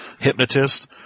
hypnotist